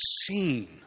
seen